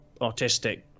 autistic